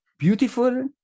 beautiful